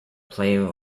player